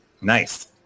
Nice